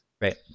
right